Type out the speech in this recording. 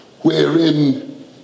wherein